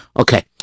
Okay